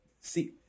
See